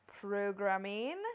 programming